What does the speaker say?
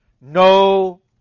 no